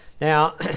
Now